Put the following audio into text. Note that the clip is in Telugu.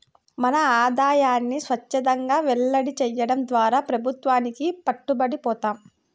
మన ఆదాయాన్ని స్వఛ్చందంగా వెల్లడి చేయడం ద్వారా ప్రభుత్వానికి పట్టుబడి పోతాం